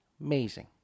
amazing